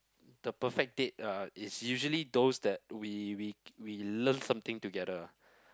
the perfect date uh is usually those that we we we learn something together ah